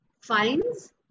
fines